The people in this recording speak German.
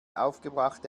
aufgebrachte